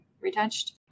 retouched